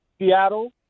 Seattle